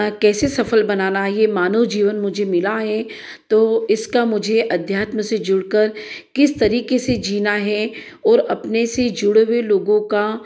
कैसे सफल बनाना है ये मानव जीवन मुझे मिला है तो इसका मुझे अध्यात्म से जुड़कर किस तरीके से जीना है और अपने से जुड़े हुए लोगों का